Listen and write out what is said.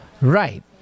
right